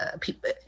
people